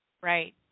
Right